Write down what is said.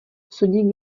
sodík